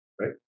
right